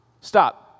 Stop